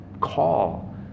call